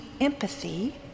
empathy